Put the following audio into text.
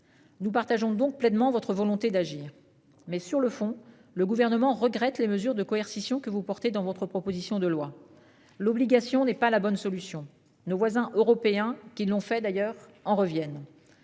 Nous partageons donc pleinement votre volonté d'agir. Mais sur le fond, le gouvernement regrette les mesures de coercition, que vous portez dans votre proposition de loi l'obligation n'est pas la bonne solution. Nos voisins européens qui l'ont fait d'ailleurs en reviennent.